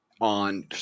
on